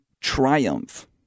triumph